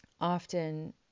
Often